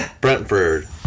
Brentford